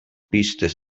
pistes